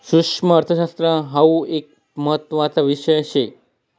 सुक्ष्मअर्थशास्त्र हाउ एक महत्त्वाना विषय शे